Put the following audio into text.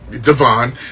Devon